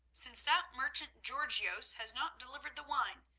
since that merchant georgios has not delivered the wine,